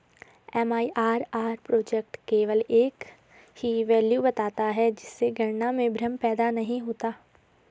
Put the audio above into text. MIRR project केवल एक ही वैल्यू बताता है जिससे गणना में भ्रम पैदा नहीं होता है